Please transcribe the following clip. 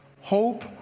Hope